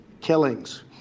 killings